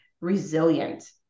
resilient